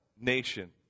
nation